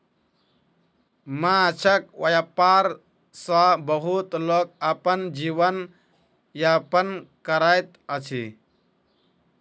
माँछक व्यापार सॅ बहुत लोक अपन जीवन यापन करैत अछि